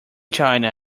china